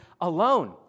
alone